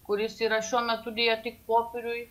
kuris yra šiuo metu deja tik popieriuj